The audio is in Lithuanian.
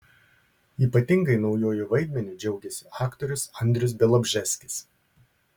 ypatingai naujuoju vaidmeniu džiaugiasi aktorius andrius bialobžeskis